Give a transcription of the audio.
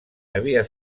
havia